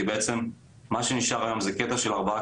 כי בעצם מה שנשאר היום זה קטע של ארבעה